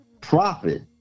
profit